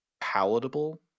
palatable